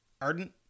ardent